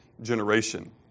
generation